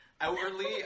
Outwardly